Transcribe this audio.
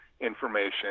information